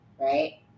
right